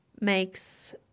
makes